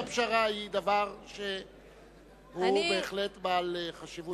אפשרית הפשרה, זה בהחלט דבר שהוא בעל חשיבות רבה.